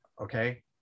Okay